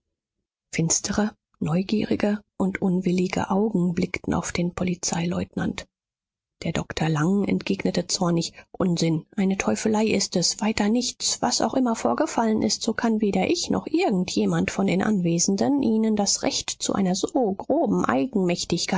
finstere neugierige und unwillige augen blickten auf den polizeileutnant der doktor lang entgegnete zornig unsinn eine teufelei ist es weiter nichts was auch immer vorgefallen ist so kann weder ich noch irgend jemand von den anwesenden ihnen das recht zu einer so groben